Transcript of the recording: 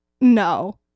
no